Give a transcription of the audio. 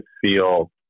feel